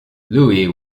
louis